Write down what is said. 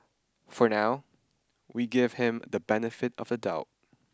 for now we give him the benefit of the doubt